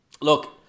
Look